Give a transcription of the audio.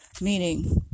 Meaning